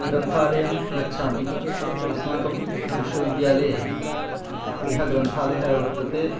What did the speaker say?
ग्रन्थालयं गच्छामि अस्माकं विश्वविद्यालये यः ग्रन्थालयः वर्तते